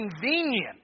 convenient